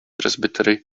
presbytery